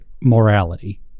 morality